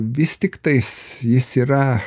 vis tiktais jis yra